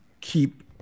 keep